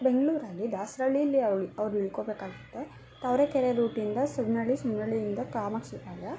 ಬೆಂಗಳೂರಲ್ಲಿ ದಾಸರಳ್ಳೀಲ್ಲಿ ಅವ್ಳು ಅವ್ರು ಇಳ್ಕೊಬೇಕಾಗತ್ತೆ ತಾವರೆಕೆರೆ ರೂಟಿಂದ ಸುಮ್ಮನಳ್ಳಿ ಸುಮ್ಮನಳ್ಳಿಯಿಂದ ಕಾಮಾಕ್ಷಿಪಾಳ್ಯ